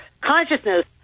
consciousness